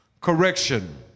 correction